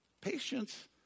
patience